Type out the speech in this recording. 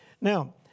Now